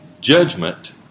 judgment